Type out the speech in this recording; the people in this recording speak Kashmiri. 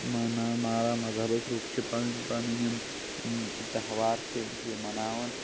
مَنا مارا مَذہَبٕکۍ لُکھ چھِ پَنٕنۍ پَنٕنۍ یِم یِم تیٚہوار چھِ یِم چھِ یِم مَناوان